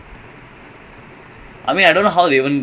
what no dude